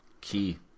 Key